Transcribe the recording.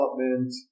development